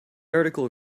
article